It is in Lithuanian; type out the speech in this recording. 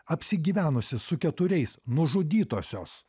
apsigyvenusi su keturiais nužudytosios